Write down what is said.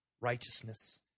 righteousness